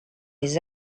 les